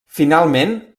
finalment